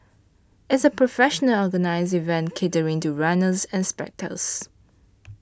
it's a professional organised event catering to runners and spectators